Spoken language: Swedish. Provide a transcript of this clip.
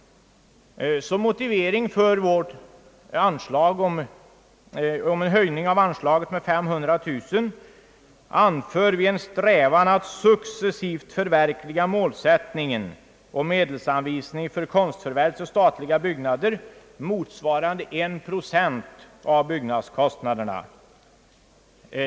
Som motivering för denna höjning med 500 000 kronor anför vi en strävan att successivt förverkliga målsättningen om medelsanvisning för konstförvärv till statliga byggnader motsvarande en procent av byggnadskostnaderna.